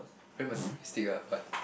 very materialistic ah but